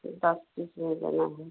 फिर दस पीस ले लेना है